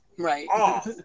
Right